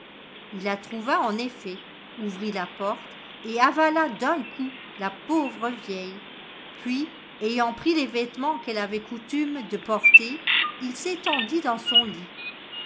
il la trouva en effet ouvrit la porte et avala d'un coup la pauvre vieille puis ayant pris les vêtements qu'elle avait coutume de porter il s'étendit dans son lit